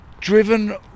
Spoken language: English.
Driven